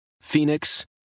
Phoenix